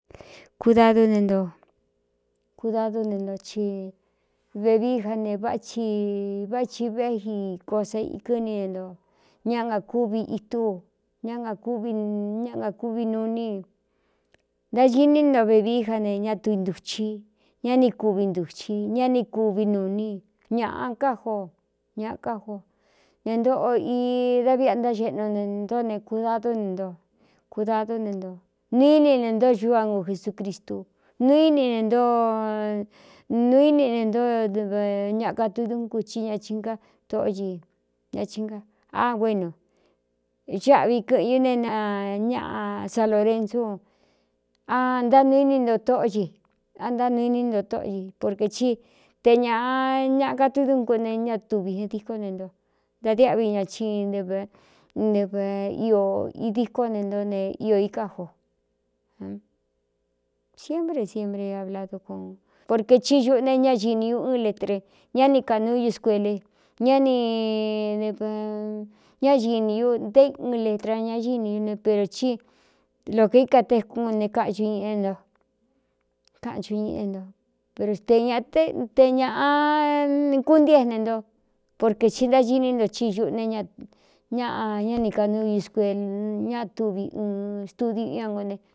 Kudadú ne nto ci vevií í ja ne váchi vá chi véxi ko sa ikɨ́ ni e nto ñá nakúvi itú u ñá akvi ñá nga kúvi nuu iní i ntá iní nto vevi ja ne ña tvi ntuchi ñá ni kuvi ntuchi ñá ni kuvi nu ini i ñaꞌa ká jó ña ká jo ña ntōꞌo idaviꞌ a ntáxeꞌnu e ntó ne kudadú ne nto kudadú ne nto nuu ini ne ntó xu á ngu jesūcristu nuu íni nuu íni ne ntó ñakatuidún kuci ña ingá tóꞌo i ña hina agué ino xꞌvi kɨ̄ꞌɨn ñú ne na ñaꞌa salorensu aánuí tóꞌo i a ntánuu iní nto tóꞌo i porkē tí te ñāꞌa ña ka tuídúnku ne ña tuvi díkó ne nto nda diáꞌvi ña chi ntɨv iō idíkó ne ntó ne iō iká jo siepre siepre abla dúkua porquē thí ñuꞌune ña xini ñu ɨn letre ñá ni kanuu ñu scuele ñá ni ñá ñini ñu nté ɨn letra ña íni ñu ne pero cí lo kōika tekú ne kaꞌnchu iꞌén nto kaꞌan chu iꞌen nto per tē ña te ñāꞌa kúntiéne nto porquē ti ntáñiní nto i xuꞌune ña ñaꞌ ñá ni kanu ñuscuel ña tuvi ɨn studiu u a ngo ne.